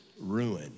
ruin